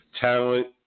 talent